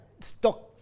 stock